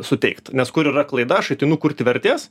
suteikt nes kur yra klaida aš ateinu kurti vertės